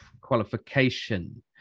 qualification